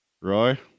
roy